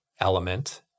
element